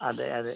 അതെ അതെ